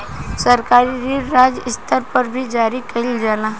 सरकारी ऋण राज्य स्तर पर भी जारी कईल जाला